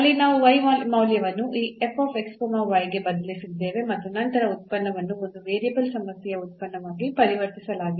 ಅಲ್ಲಿ ನಾವು ಮೌಲ್ಯವನ್ನು ಈ ಗೆ ಬದಲಿಸಿದ್ದೇವೆ ಮತ್ತು ನಂತರ ಉತ್ಪನ್ನವನ್ನು ಒಂದು ವೇರಿಯಬಲ್ ಸಮಸ್ಯೆಯ ಉತ್ಪನ್ನವಾಗಿ ಪರಿವರ್ತಿಸಲಾಗಿದೆ